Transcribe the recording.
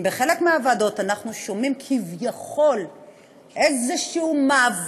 אם בחלק מהוועדות אנחנו שומעים כביכול על איזה מאבק